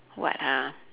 what ha